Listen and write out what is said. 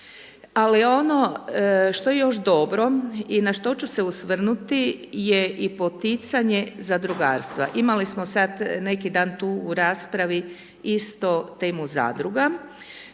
Ali ono što je još dobro i na što ću se osvrnuti je i poticanje zadrugarstva. Imali smo sad neki dan tu u raspravi isto temu zadruga,